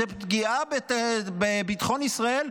זה פגיעה בביטחון ישראל,